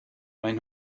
maen